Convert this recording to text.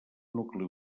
nucli